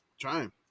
Trying